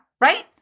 right